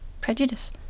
prejudice